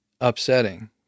upsetting